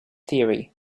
theory